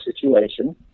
situation